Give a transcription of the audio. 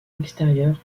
extérieur